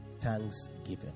Thanksgiving